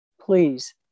please